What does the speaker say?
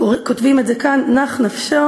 כותבים את זה כאן "נח נפשיה